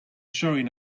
showing